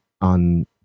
on